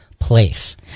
place